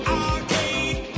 arcade